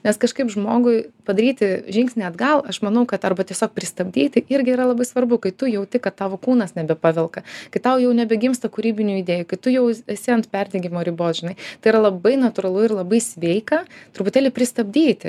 nes kažkaip žmogui padaryti žingsnį atgal aš manau kad arba tiesiog pristabdyti irgi yra labai svarbu kai tu jauti kad tavo kūnas nebepavelka kai tau jau nebegimsta kūrybinių idėjų kai tu jau esi ant perdegimo ribos žinai tai yra labai natūralu ir labai sveika truputėlį pristabdyti